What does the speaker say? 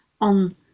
on